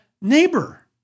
neighbor